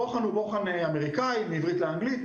הבוחן הוא בוחן אמריקאי מעברית לאנגלית,